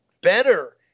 better